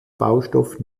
baustoff